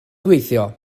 gweithio